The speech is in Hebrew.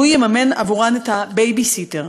והוא יממן עבורן את הבייביסיטר.